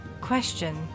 question